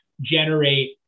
generate